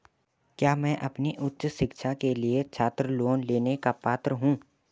क्या मैं अपनी उच्च शिक्षा के लिए छात्र लोन लेने का पात्र हूँ?